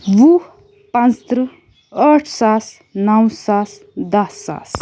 وُہ پانٛژھ تٕرٛہ ٲٹھ ساس نَو ساس دَہ ساس